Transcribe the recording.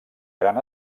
gran